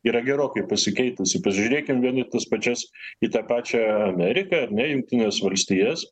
yra gerokai pasikeitusi pasižiūrėkim vien į tas pačias į tą pačią ameriką ar ne jungtines valstijas